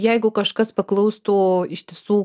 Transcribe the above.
jeigu kažkas paklaustų iš tiesų